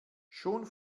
schon